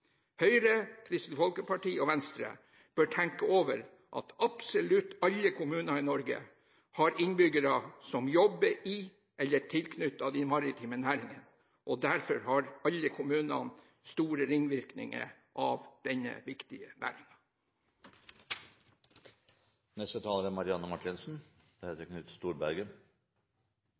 Høyre, Kristelig Folkeparti og Venstre bør tenke over at absolutt alle kommuner i Norge har innbyggere som jobber i eller er tilknyttet de maritime næringene, og derfor har denne viktige næringen store ringvirkninger